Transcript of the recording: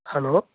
hello